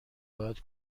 باید